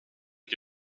qui